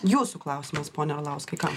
jūsų klausimas pone orlauskai kam